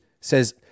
says